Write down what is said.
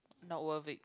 not worth it